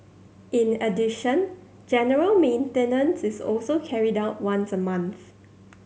in addition general maintenance is also carried out once a month